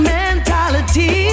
mentality